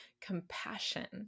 compassion